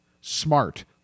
smart